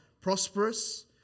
prosperous